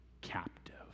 captive